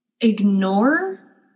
ignore